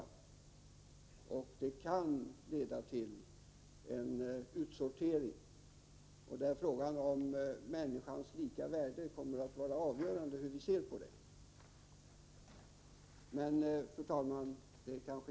Fosterdiagnostiken kan leda till utsortering av människoliv, och avgörande kommer då att vara hur vi ser på frågan om människors lika värde.